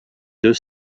deux